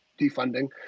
defunding